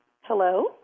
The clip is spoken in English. Hello